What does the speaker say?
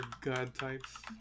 God-types